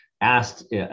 asked